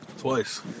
Twice